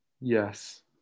Yes